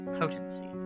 potency